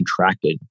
contracted